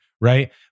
right